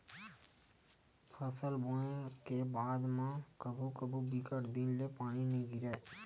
फसल बोये के बाद म कभू कभू बिकट दिन ले पानी नइ गिरय